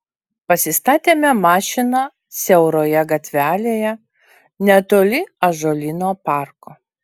pasistatėme mašiną siauroje gatvelėje netoli ąžuolyno parko